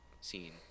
scene